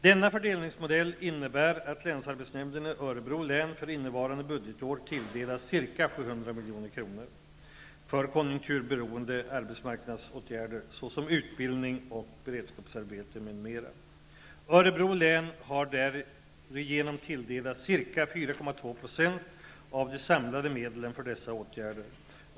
Denna fördelningsmodell innebär att länsarbetsnämnden i Örebro län för innevarande budgetår tilldelas ca 700 milj.kr. för konjunkturberoende arbetsmarknadsåtgärder såsom utbildning och beredskapsarbete m.m. Örebro län har därigenom tilldelats ca 4,2 % av de samlade medlen för dessa åtgärder.